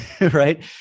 right